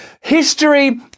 History